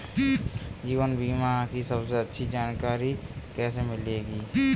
जीवन बीमा की सबसे अच्छी जानकारी कैसे मिलेगी?